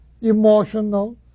emotional